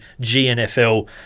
GNFL